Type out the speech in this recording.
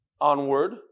onward